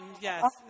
yes